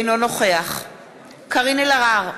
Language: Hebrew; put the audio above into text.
אינו נוכח קארין אלהרר,